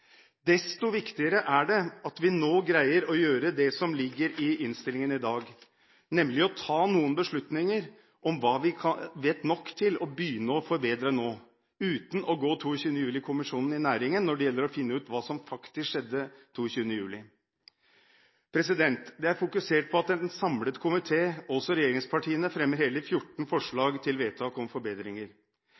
Desto viktigere er det at vi nå greier å gjøre det som ligger i innstillingen i dag, nemlig å ta noen beslutninger om hva vi vet nok om til å begynne å forbedre nå, uten å gå 22. juli-kommisjonen i næringen når det gjelder å finne ut hva som faktisk skjedde 22. juli. Det er fokusert på at en samlet komité – også regjeringspartiene – fremmer hele 14 forslag til vedtak om forbedringer.